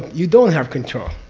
you don't have control.